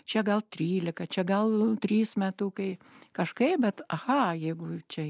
čia gal trylika čia gal trys metukai kažkaip bet aha jeigu čia